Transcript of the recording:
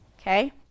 okay